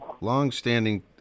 long-standing